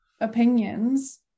opinions